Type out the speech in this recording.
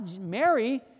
Mary